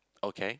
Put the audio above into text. okay